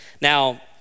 Now